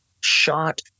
shot